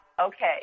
okay